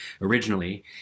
originally